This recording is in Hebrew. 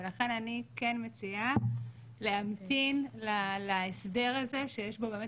ולכן אני כן מציעה להמתין להסדר הזה שיש בו באמת